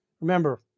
remember